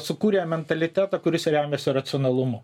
sukūrė mentalitetą kuris remiasi racionalumu